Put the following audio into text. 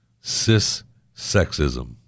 Cis-sexism